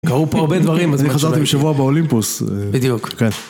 קרו פה הרבה דברים, אז אני חזרתי בשבוע באולימפוס. בדיוק.כן.